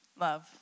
Love